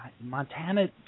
Montana